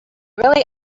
really